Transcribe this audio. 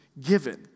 given